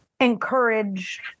encourage